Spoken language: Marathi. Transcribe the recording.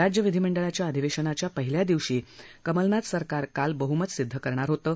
राज्य विधीमंडळाच्या अधिवद्धुनाच्या पहिल्या दिवशी कमलनाथ सरकार काल बहुमत सिद्ध करणार होतं